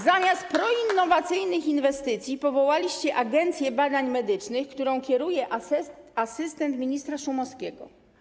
Zamiast proinnowacyjnych inwestycji powołaliście Agencję Badań Medycznych, którą kieruje asystent ministra Szumowskiego.